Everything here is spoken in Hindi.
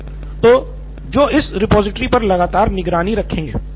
नितिन कुरियन जो इस रिपॉजिटरी पर लगातार निगरानी रखेंगे